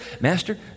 Master